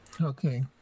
Okay